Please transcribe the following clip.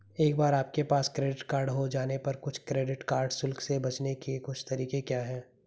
एक बार आपके पास क्रेडिट कार्ड हो जाने पर कुछ क्रेडिट कार्ड शुल्क से बचने के कुछ तरीके क्या हैं?